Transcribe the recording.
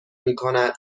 میکند